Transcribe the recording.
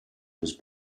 was